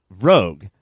Rogue